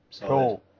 Cool